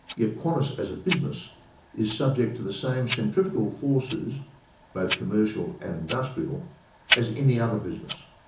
yet qantas as a business is subject to the same centrifugal forces both commercial and industrial as any other business.